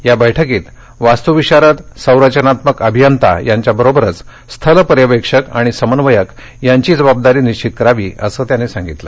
या बैठकीत वास्तुविशारद संरचनात्मक अभियंता यांच्याबरोबरच स्थल पर्यवेक्षक आणि समन्वयक यांची जबाबदारी निश्वित करावी असं त्यांनी सांगितलं